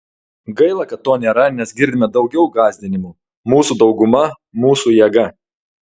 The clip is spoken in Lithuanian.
gaila kad to nėra nes girdime daugiau gąsdinimų mūsų dauguma mūsų jėga